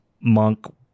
monk